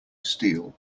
steel